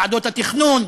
ועדות התכנון.